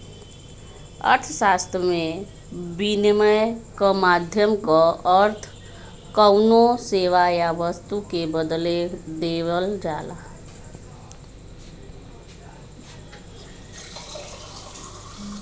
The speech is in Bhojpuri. अर्थशास्त्र में, विनिमय क माध्यम क अर्थ कउनो सेवा या वस्तु के बदले देवल जाला